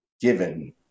given